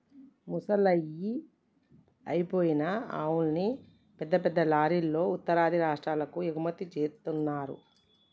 ముసలయ్యి అయిపోయిన ఆవుల్ని పెద్ద పెద్ద లారీలల్లో ఉత్తరాది రాష్టాలకు ఎగుమతి జేత్తన్నరు